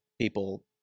people